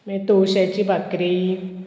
मागीर तोश्याची बाकरी